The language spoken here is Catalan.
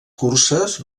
curses